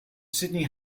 sydney